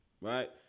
right